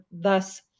thus